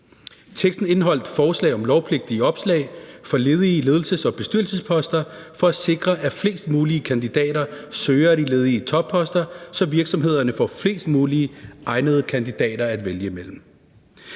Teksten indeholdt forslag om lovpligtige opslag for ledige ledelses- og bestyrelsesposter for at sikre, at flest mulige kandidater søger de ledige topposter, så virksomhederne får flest mulige egnede kandidater at vælge imellem.